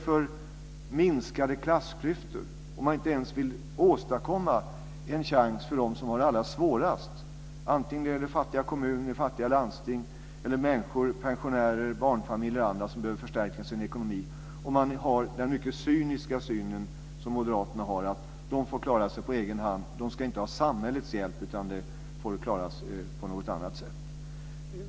Hur minskar man klassklyftorna om man inte ens vill åstadkomma en chans för dem som har det allra svårast, oavsett om det gäller fattiga kommuner eller fattiga landsting eller enskilda människor, pensionärer, barnfamiljer och andra, som behöver förstärka sin ekonomi? Moderaterna har den mycket cyniska inställningen att alla dessa får klara sig på egen hand. De ska inte ha samhällets hjälp utan får klara sig på något annat sätt.